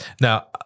Now